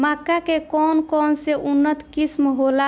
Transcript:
मक्का के कौन कौनसे उन्नत किस्म होला?